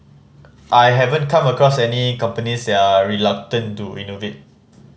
I haven't come across any companies they are reluctant to innovate